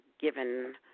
given